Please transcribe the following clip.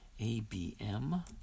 ABM